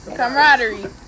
camaraderie